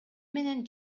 менен